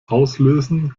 auslösen